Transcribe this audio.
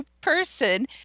person